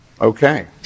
Okay